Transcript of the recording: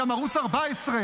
גם ערוץ 14,